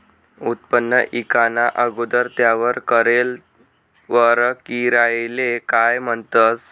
उत्पन्न ईकाना अगोदर त्यावर करेल परकिरयाले काय म्हणतंस?